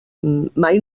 mai